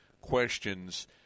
questions